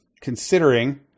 considering